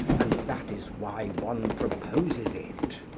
and that is why one proposes it.